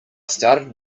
started